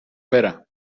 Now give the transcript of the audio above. برم